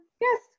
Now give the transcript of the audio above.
yes